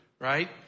right